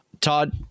Todd